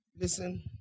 Listen